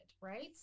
right